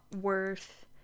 worth